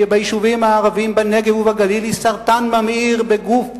ביישובים הערביים בנגב ובגליל היא סרטן ממאיר בגוף האומה,